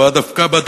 בעד הפקעה,